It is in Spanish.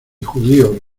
judíos